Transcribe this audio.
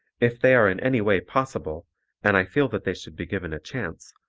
if they are in any way possible and i feel that they should be given a chance,